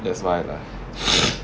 that's why lah